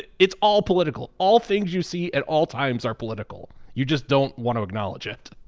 it's all political. all things you see at all times are political. you just don't wanna acknowledge it.